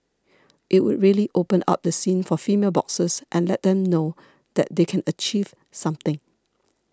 it would really open up the scene for female boxers and let them know that they can achieve something